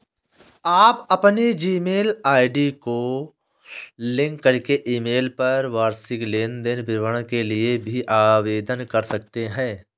आप अपनी Gmail ID को लिंक करके ईमेल पर वार्षिक लेन देन विवरण के लिए भी आवेदन कर सकते हैं